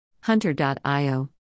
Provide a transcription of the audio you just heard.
Hunter.io